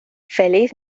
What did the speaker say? feliz